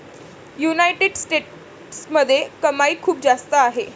United स्टेट्समध्ये कमाई खूप जास्त आहे